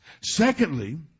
Secondly